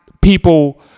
people